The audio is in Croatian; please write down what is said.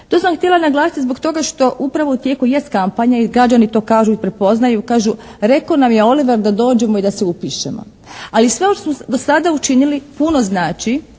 To sam htjela naglasiti zbog toga što upravo u tijeku jest kampanja i građani to kažu i prepoznaju, kažu: "Rekao nam je Oliver da dođemo i da se upišemo.", ali sve ovo što smo do sada učinili puno znači